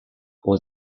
was